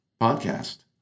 podcast